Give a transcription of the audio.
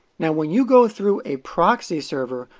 now when you go through a proxy server,